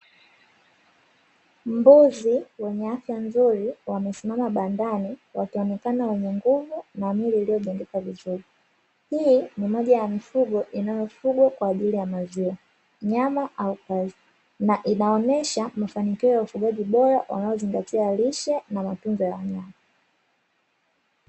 Mbuzi wenye afya nzuri wamesimama bandani wakionekana wenye nguvu na miili iliyojengeka vizuri, hii ni moja ya mifugo inayofungwa kwa ajili ya maziwa, nyama au ngozi na inaonyesha mafanikio ya ufugaji bora unaozingatia lishe na matunzo ya wanyama.